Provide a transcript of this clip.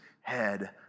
head